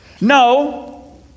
No